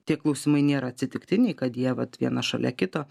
tie klausimai nėra atsitiktiniai kad jie vat viena šalia kito